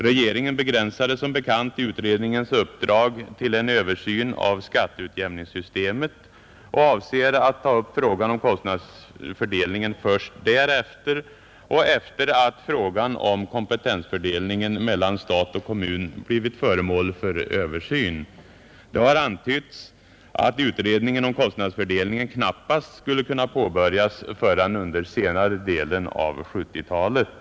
Regeringen begränsade utredningens uppdrag till en översyn av skatteutjämningssystemet och avser att ta upp frågan om kostnadsfördelningen först därefter och sedan frågan om kompetensfördelningen mellan stat och kommun blivit föremål för översyn. Det har antytts att utredningen om kostnadsfördelningen knappast skulle kunna påbörjas förrän under senare delen av 1970-talet.